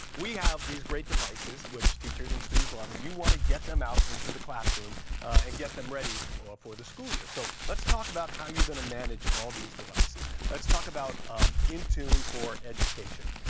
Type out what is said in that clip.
we have these great devices which teachers and students love, and you want to get them out into the classroom and get them ready for for the school year. so let's talk about how you're going to manage all of these devices. let's talk about um intune for education.